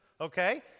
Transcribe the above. Okay